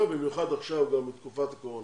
בעולם, במיוחד עכשיו בתקופת הקורונה.